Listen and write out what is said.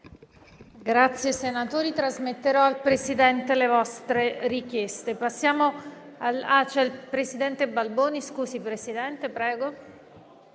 Senatori, trasmetterò al Presidente le vostre richieste.